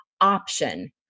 option